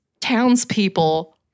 townspeople